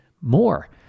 more